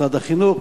משרד החינוך,